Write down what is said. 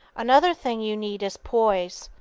another thing you need is poise.